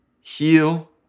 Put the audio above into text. heal